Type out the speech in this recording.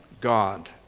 God